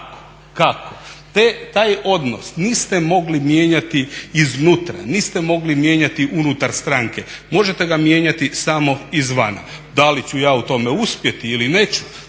kako, kako? Taj odnos niste mogli mijenjati iznutra, niste mogli mijenjati unutar stranke, možete ga mijenjati samo izvana. Da li ću ja u tome uspjeti ili neću